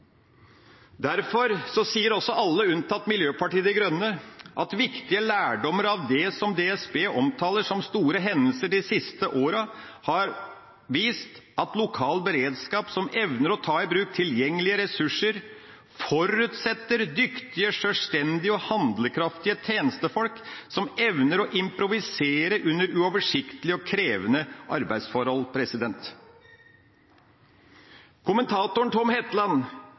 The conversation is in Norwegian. Derfor sier også alle unntatt Miljøpartiet De Grønne at «viktige lærdommer av det som DSB omtaler som store hendelser de siste årene har vist at lokal beredskap som evner å ta i bruk tilgjengelige ressurser, forutsetter dyktige, selvstendige og handlekraftige tjenestefolk som evner å improvisere under uoversiktlige og krevende arbeidsforhold». Kommentatoren Tom Hetland